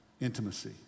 intimacy